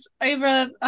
over